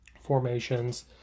formations